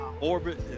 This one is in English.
orbit